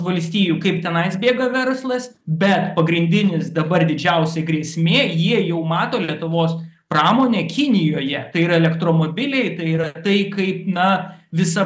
valstijų kaip tenais bėga verslas bet pagrindinis dabar didžiausia grėsmė jie jau mato lietuvos pramonė kinijoje tai yra elektromobiliai tai yra tai kaip na visa